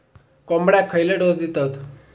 कोंबड्यांक खयले डोस दितत?